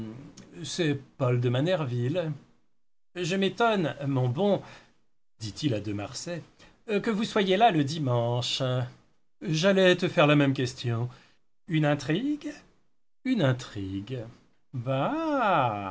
de manerville je m'étonne mon bon dit-il à de marsay que vous soyez là le dimanche j'allais te faire la même question une intrigue une intrigue